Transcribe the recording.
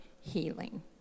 healing